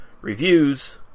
reviews